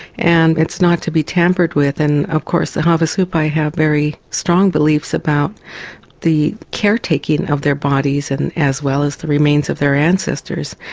and it's not to be tampered with. and of course the havasupai have very strong beliefs about the caretaking of their bodies, and as well as the remains of their ancestors.